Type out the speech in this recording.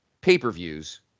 pay-per-views